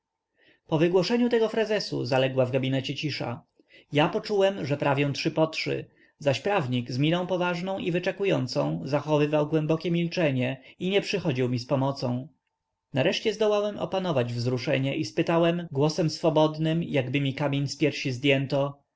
wygłoszeniu tego frazesu zaległa w gabinecie cisza ja poczułem że prawię trzy po trzy zaś prawnik z miną poważną i wyczekującą zachowywał głębokie milczenie i nie przychodził mi z pomocą nareszcie zdołałem opanować wzruszenie i zapytałem głosem swobodnym jakby mi kamień z piersi zdjęto